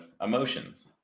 Emotions